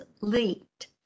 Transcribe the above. leaked